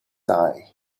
eye